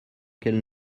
qu’elle